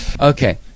okay